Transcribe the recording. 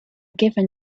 given